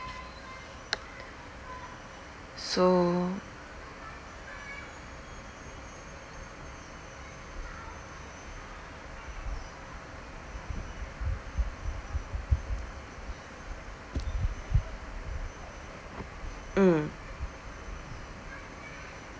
so mm